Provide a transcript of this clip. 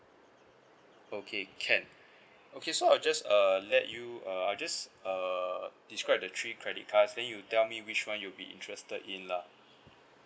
okay can okay so I'll just uh let you uh I'll just uh describe the three credit cards then you tell me which one you'll be interested in lah